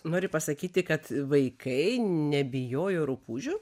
nori pasakyti kad vaikai nebijojo rupūžių